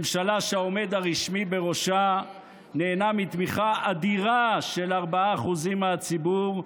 ממשלה שהעומד הרשמי בראשה נהנה מתמיכה "אדירה" של ארבעה אחוזים מהציבור,